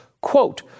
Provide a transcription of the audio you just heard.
quote